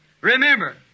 Remember